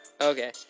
okay